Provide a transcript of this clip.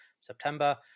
September